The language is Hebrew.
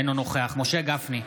אינו נוכח משה גפני,